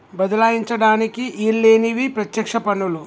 బదలాయించడానికి ఈల్లేనివి పత్యక్ష పన్నులు